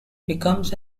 becomes